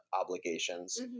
obligations